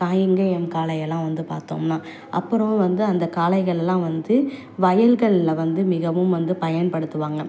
காங்கேயம் காளை எல்லாம் வந்து பார்த்தோம்னா அப்பறம் வந்து அந்த காளைகள்லாம் வந்து வயல்கள்ல வந்து மிகவும் வந்து பயன்படுத்துவாங்கள்